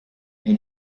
nei